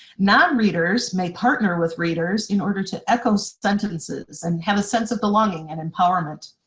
non-readers may partner with readers in order to echo sentences and have a sense of belonging and empowerment.